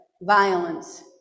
violence